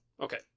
Okay